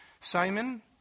Simon